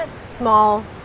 small